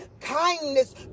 kindness